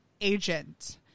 agent